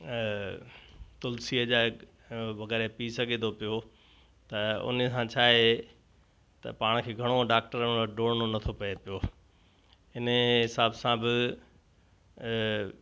तुलिसीअ जा वग़ैरह पी सघे थो पियो त उन सां छा आहे त पाण खे घणो डॉक्टर वटि दौड़णो नथो पए पियो इन हिसाब सां बि